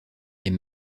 est